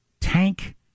tank